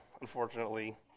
Unfortunately